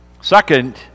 Second